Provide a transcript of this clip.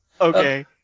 Okay